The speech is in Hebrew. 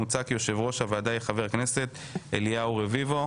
מוצע כי יושב-ראש הוועדה יהיה חבר הכנסת אליהו רביבו.